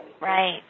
Right